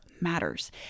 matters